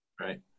Right